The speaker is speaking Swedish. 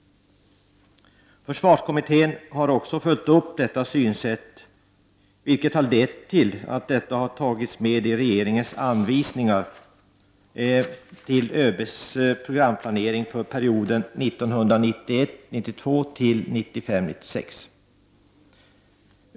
Försvarskommittén har också följt upp detta synsätt, och det har lett till att det här har tagits med i regeringens anvisningar för ÖCB:s programplanering för perioden 1991 96.